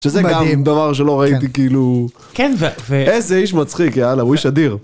שזה גם דבר שלא ראיתי, כאילו... - מדהים, כן, ו... - איזה איש מצחיק, יאללה, הוא איש אדיר.